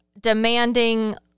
demanding